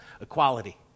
equality